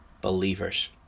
believers